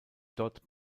dort